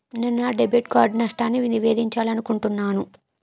నేను నా debit card నష్టాన్ని నివేదించాలనుకుంటున్నాను